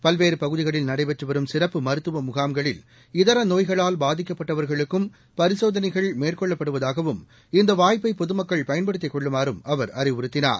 பல்வேறு பகுதிகளில் நடைபெற்று வரும் சிறப்பு மருத்துவ முகாம்களில் இதர நோய்களால் பாதிக்கப்பட்டவர்களுக்கும் பரிசோதனைகள் மேற்கொள்ளப்படுவதாகவும் இந்த வாய்ப்பை பொதுமக்கள் பயனப்டுத்திக் கொள்றுமாறும் அவர் அறிவுறுத்தினார்